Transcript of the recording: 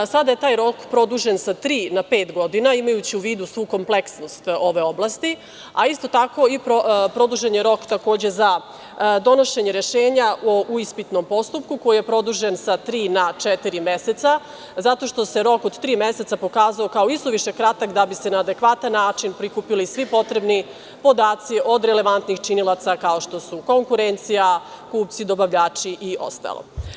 Sada je taj rok produžen sa tri na pet godina imajući u vidu svu kompleksnost ove oblasti, a isto tako produžen je rok takođe za donošenje rešenja u ispitnom postupku koji je produžen sa tri na četiri meseca, zato što se rok od tri meseca pokazao kao isuviše kratak da bi se na adekvatan način prikupili svi potrebni podaci od relevantnih činilaca kao što su konkurencija, kupci, dobavljači i ostalo.